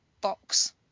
box